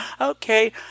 okay